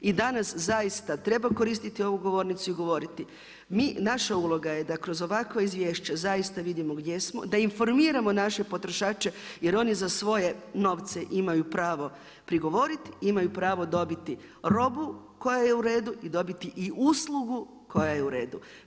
I danas, zaista, treba koristiti ovu govornicu i govoriti, mi, naša uloga je da kroz ovakvo izvješće zaista vidimo gdje smo, da informiramo naše potrošače jer oni za svoje novce imaju pravo prigovoriti, imaju pravo dobiti robu koja je u redu i dobiti i uslugu koja je u redu.